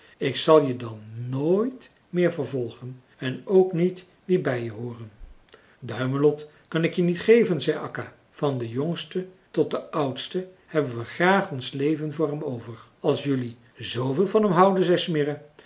ik zal je dan nooit meer vervolgen en ook niet wie bij je hooren duimelot kan ik je niet geven zei akka van de jongste tot de oudste hebben we graag ons leven voor hem over als jelui zveel van hem houden zei